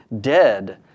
dead